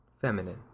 feminine